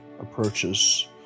approaches